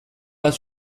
bat